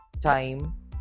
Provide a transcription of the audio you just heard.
time